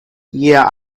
yeah